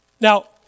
Now